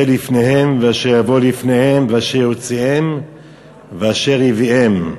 לפניהם ואשר יבוא לפניהם ואשר יוציאם ואשר יביאם,